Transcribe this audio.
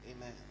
Amen